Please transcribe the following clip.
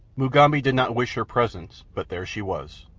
mugambi did not wish her presence, but there she was,